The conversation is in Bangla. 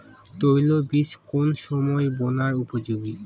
তৈল বীজ কোন সময় বোনার উপযোগী?